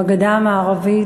בגדה המערבית,